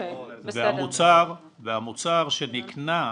המוצר שנקנה,